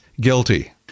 guilty